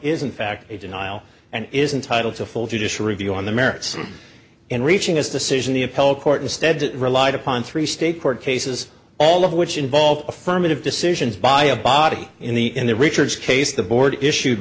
is in fact a denial and is entitle to full judicial review on the merits in reaching its decision the appellate court instead relied upon three state court cases all of which involve affirmative decisions by a body in the in the richards case the board issued